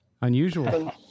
unusual